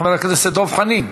חבר הכנסת דב חנין,